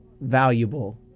valuable